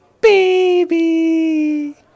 baby